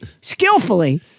skillfully